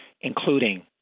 including